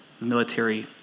military